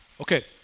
Okay